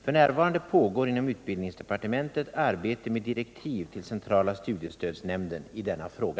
F. n. pågår inom utbildningsdepartementet arbete med direktiv till centrala studiestödsnämnden i denna fråga.